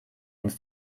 ins